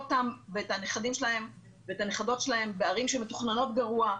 אותם ואת הנכדים שלהם ואת הנכדות שלהם בערים שמתוכננות גרוע,